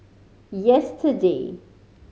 yesterday